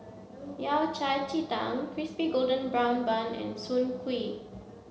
Yao Cai Ji Tang Crispy Golden Brown Bun and Soon Kuih